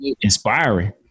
inspiring